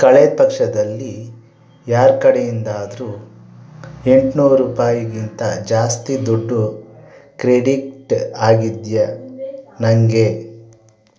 ಕಳೆದ ಪಕ್ಷದಲ್ಲಿ ಯಾರ ಕಡೆಯಿಂದಾದ್ರೂ ಎಂಟ್ನೂರು ರೂಪಾಯಿಗಿಂತ ಜಾಸ್ತಿ ದುಡ್ಡು ಕ್ರೆಡಿಟ್ಟ ಆಗಿದೆಯಾ ನನಗೆ